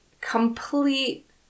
complete